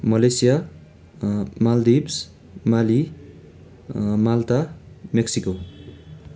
Malaysia Maldives Mali Malta Mexico